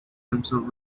himself